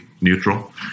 neutral